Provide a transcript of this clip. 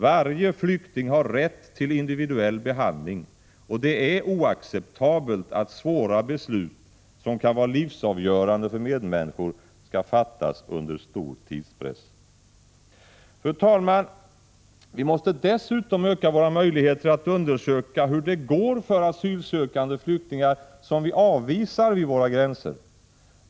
Varje flykting har rätt till individuell behandling, och det är oacceptabelt att svåra beslut, som kan vara livsavgörande för medmänniskor skall fattas under stor tidspress. Fru talman! Vi måste dessutom öka våra möjligheter att undersöka hur det går för asylsökande flyktingar som vi avvisar vid våra gränser.